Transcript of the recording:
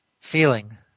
feeling